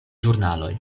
ĵurnaloj